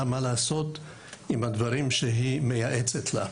מה לעשות עם הדברים שהיא מייעצת לה.